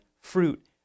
fruit